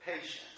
patience